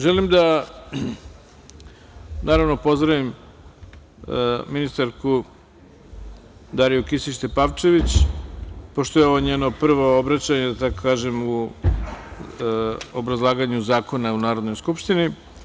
Želim da pozdravim ministarku Dariju Kisić Tepavčević, pošto je ovo njeno prvo obraćanje u obrazlaganju zakona u Narodnoj skupštini.